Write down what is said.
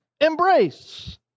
embrace